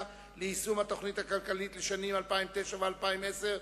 ליישום התוכנית הכלכלית לשנים 2009 ו-2010),